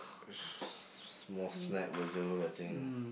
s~ small snack will do I think